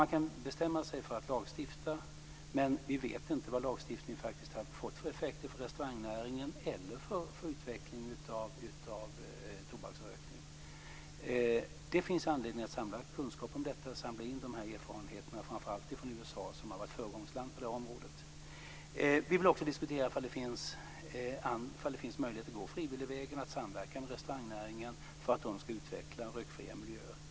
Man kan bestämma sig för att lagstifta, men vi vet inte vilka effekter lagstiftningen fått för restaurangnäringen eller för utvecklingen vad gäller tobaksrökningen. Det finns anledning att samla kunskap om detta och att samla in erfarenheterna - framför allt från USA, som ju varit ett föregångsland på området. Vidare vill vi diskutera om det finns möjligheter att gå frivilligvägen och samverka med restaurangnäringen för att de ska utveckla rökfria miljöer.